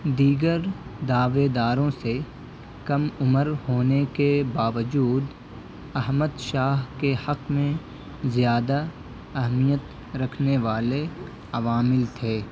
دیگر دعویداروں سے کم عمر ہونے کے باوجود احمد شاہ کے حق میں زیادہ اہمیت رکھنے والے عوامل تھے